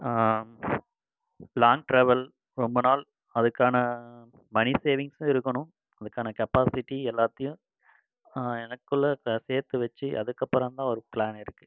long travel ரொம்ப நாள் அதுக்கான மனி சேவிங்க்ஸும் இருக்கணும் அதுக்கான கெப்பாசிட்டி எல்லாத்தையும் எனக்குள்ளே சேர்த்து வச்சு அதுக்கப்புறந்தான் ஒரு பிளான் இருக்குது